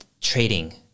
trading